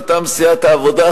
מטעם סיעת העבודה,